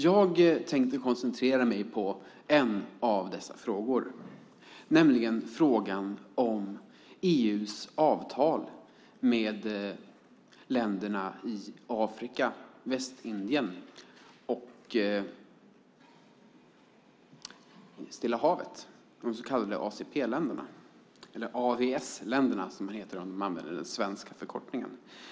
Jag tänkte koncentrera mig på en av dessa frågor, nämligen den om EU:s avtal med länderna i Afrika, Västindien och Stilla havet. Det är de så kallade ACP-länderna, eller AVS-länderna som det heter med den svenska förkortningen.